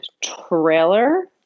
trailer